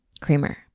creamer